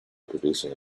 producing